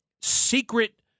secret